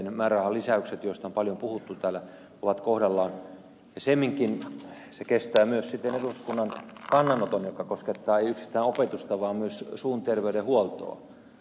määrärahan lisäykset joista on paljon puhuttu täällä ovat kohdallaan ja semminkin se kestää myös eduskunnan kannanoton joka koskettaa ei yksistään opetusta vaan myös suun terveydenhuoltoa